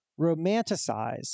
romanticize